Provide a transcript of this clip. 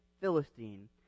Philistine